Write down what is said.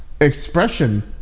Expression